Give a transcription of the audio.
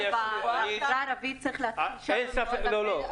בחברה הערבית יש עוד הרבה עבודה.